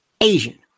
Asian